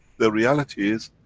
the reality is,